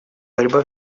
борьба